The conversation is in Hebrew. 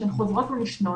שהן חוזרות ונשנות,